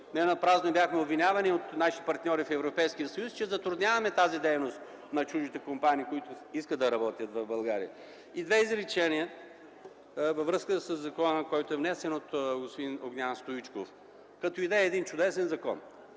Ненапразно бяхме обвинявани от наши партньори в Европейския съюз, че затрудняваме тази дейност на чуждите компании, които искат да работят в България. Две изречения във връзка със законопроекта, който е внесен от господин Огнян Стоичков. Като идея е един чудесен закон.